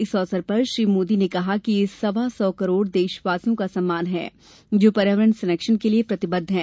इस अवसर पर श्री मोदी ने कहा कि यह सवा सौ करोड़ देशवासियों का सम्मान है जो पर्यावरण संरक्षण के लिए प्रतिबद्ध हैं